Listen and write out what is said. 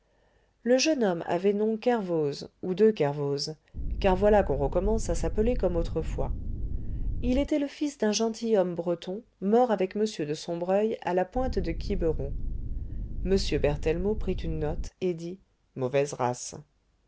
le jeune homme avait nom kervoz ou de kervoz car voilà qu'on recommence à s'appeler comme autrefois il était le fils d'un gentilhomme breton mort avec m de sombreuil à la pointe de quiberon m berthellemot prit une note et dit mauvaise race